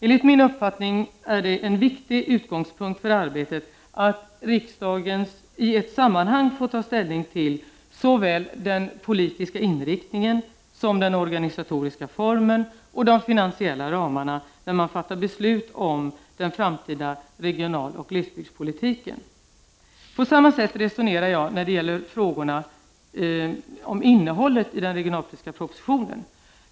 Enligt min uppfattning är en viktig utgångspunkt för arbetet att riksdagen i ett sammanhang får ta ställning till såväl den politiska inriktningen som den organisatoriska formen och de finansiella ramarna när man fattar beslut om den framtida regionaloch glesbygdspolitiken. På samma sätt resonerar jag när det gäller frågor om innehållet i den regionalpolitiska propositionen.